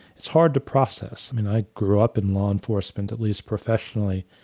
it's hard to process and i grew up in law enforcement, at least professionally.